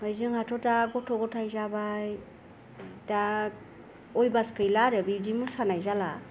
आमफ्राय जोंहाथ' दा गथ' गथाय जाबाय दा अयबास गैला आरो बिदि मोसानाय जाला